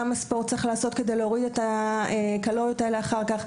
וכמה ספורט צריך לעשות כדי להוריד את הקלוריות האלה אחר כך,